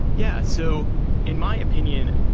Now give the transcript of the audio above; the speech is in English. yeah. so in my opinion,